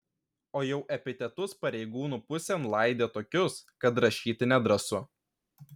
o jau epitetus pareigūnų pusėn laidė tokius kad rašyti nedrąsu